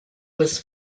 was